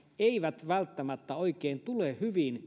eivät välttämättä oikein tule hyvin